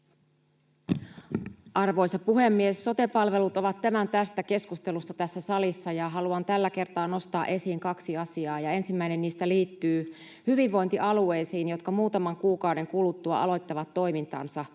Arvoisa puhemies! Sote-palvelut ovat tämän tästä keskustelussa tässä salissa, ja haluan tällä kertaa nostaa esiin kaksi asiaa. Ensimmäinen niistä liittyy hyvinvointialueisiin, jotka muutaman kuukauden kuluttua aloittavat toimintansa.